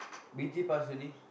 B_T pass already